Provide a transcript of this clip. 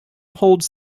holds